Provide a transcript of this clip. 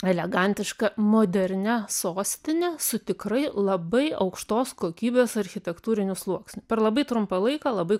elegantiška modernia sostine su tikrai labai aukštos kokybės architektūriniu sluoksniu per labai trumpą laiką labai